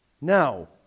Now